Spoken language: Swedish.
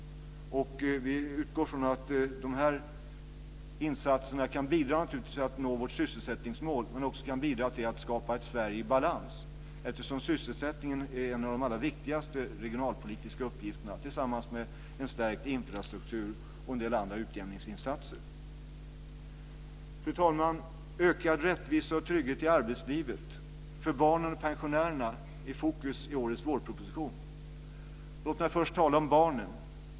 Vi utgår från att de insatserna kan bidra till att vi når vårt sysselsättningsmål men också till att skapa ett Sverige i balans eftersom sysselsättningen är en av de allra viktigaste regionalpolitiska uppgifterna tillsammans med en stärkt infrastruktur och en del andra utjämningsinsatser. Fru talman! Ökad rättvisa och trygghet i arbetslivet och för barnen och pensionärerna är i fokus i årets vårproposition. Låt mig först tala om barnen.